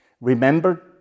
remember